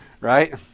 right